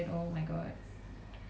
no I don't think